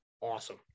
Awesome